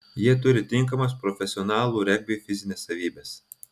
jie turi tinkamas profesionalų regbiui fizines savybes